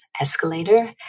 escalator